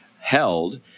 held